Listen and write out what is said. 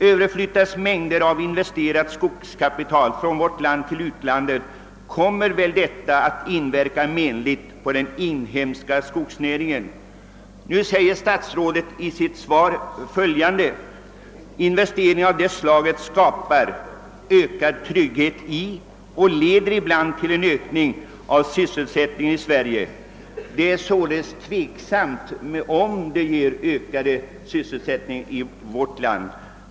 Överflyttas mängder av i näringen investerat kapital från vårt land till utlandet måste väl detta inverka menligt på den inhemska skogsnäringen. Statsrådet säger i sitt svar följande: »Investeringar av det slaget skapar ökad trygghet i, och leder ibland till en ökning av, sysselsättningen i Sverige.» Det är således tveksamt om dessa investeringar ger ökad sysselsättning i vårt land.